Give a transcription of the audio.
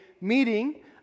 meeting